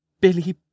Billy